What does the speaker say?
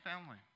family